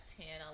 ten